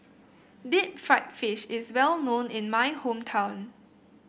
Deep Fried Fish is well known in my hometown